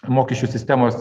mokesčių sistemos